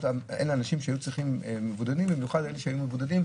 אלה מבודדים,